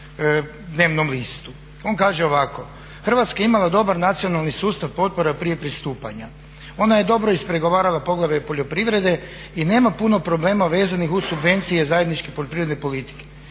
On kaže ovako